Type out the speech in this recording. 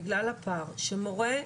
בגלל הפער שמורה,